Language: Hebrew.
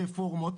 רפורמות,